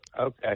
Okay